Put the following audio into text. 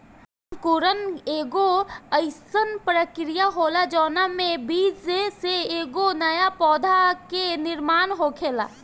अंकुरण एगो आइसन प्रक्रिया होला जवना में बीज से एगो नया पौधा के निर्माण होखेला